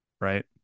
Right